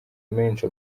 menshi